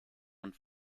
und